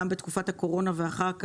גם בתקופת הקורונה ואחריה,